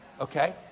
Okay